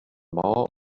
mauer